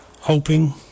hoping